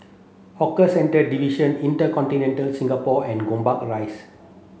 Hawker Centres Division InterContinental Singapore and Gombak Rise